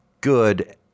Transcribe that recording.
good